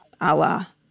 Allah